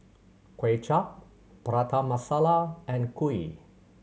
Kuay Chap Prata Masala and kuih